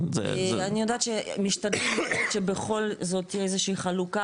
אני יודעת שמשתדלים מאוד שבכל זאת תהיה איזושהי חלוקה,